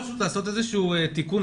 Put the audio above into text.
לא יותר פשוט לעשות איזשהו תיקון,